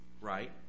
right